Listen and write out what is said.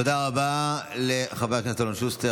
תודה רבה לחבר הכנסת אלון שוסטר.